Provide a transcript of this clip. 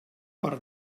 per